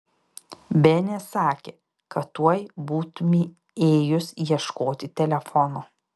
benė sakė kad tuoj būtumei ėjus ieškoti telefono